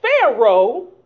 Pharaoh